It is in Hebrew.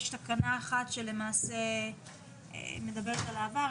יש תקנה אחת שלמעשה מדברת על העבר,